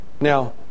Now